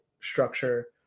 structure